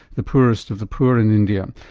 the poorest of the poor in india,